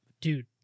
dude